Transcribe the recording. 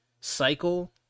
cycle